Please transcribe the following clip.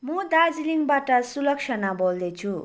म दार्जिलिङबाट सुलक्षणा बोल्दैछु